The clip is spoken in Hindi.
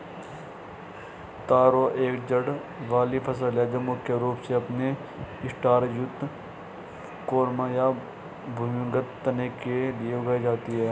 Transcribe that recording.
तारो एक जड़ वाली फसल है जो मुख्य रूप से अपने स्टार्च युक्त कॉर्म या भूमिगत तने के लिए उगाई जाती है